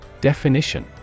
Definition